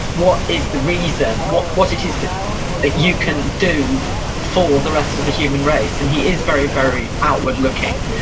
what is the reason? what what it is that you can do for the rest of the human race, and he is very, very outward looking.